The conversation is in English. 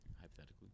Hypothetically